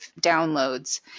downloads